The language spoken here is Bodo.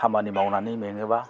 खामानि मावनानै मेङोब्ला